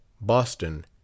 Boston